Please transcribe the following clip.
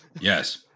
Yes